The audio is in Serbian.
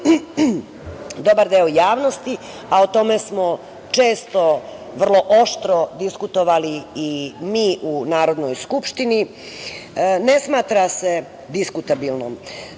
dobar deo javnosti, a o tome često vrlo oštro diskutovali i mi u Narodnoj skupštini, ne smatra se diskutabilnom.